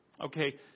Okay